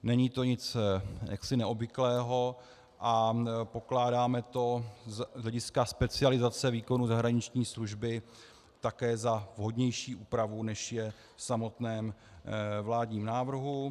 Není to nic neobvyklého a pokládáme to z hlediska specializace výkonu zahraniční služby také za vhodnější úpravu, než je v samotném vládním návrhu.